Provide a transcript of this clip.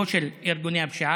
לא של ארגוני הפשיעה.